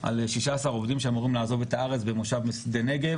על 16 עובדים שאמורים לעזוב את הארץ במושב שדה נגב,